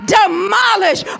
demolish